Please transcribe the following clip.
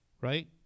right